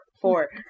four